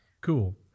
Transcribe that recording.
Cool